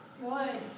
Good